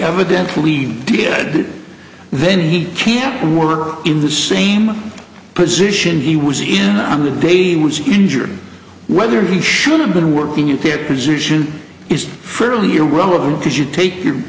evidence to leave did then he can't work in the same position he was in on the day he was injured whether he should have been working at it position is fairly irrelevant because you take your